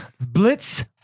Blitz